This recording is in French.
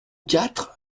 quatre